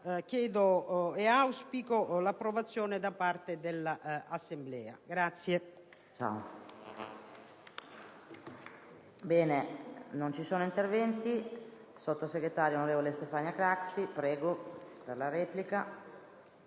chiedo e auspico l'approvazione da parte dell'Assemblea.